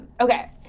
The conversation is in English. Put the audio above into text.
okay